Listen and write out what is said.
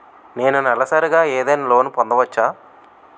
నేను నెలసరిగా ఏదైనా లోన్ పొందవచ్చా?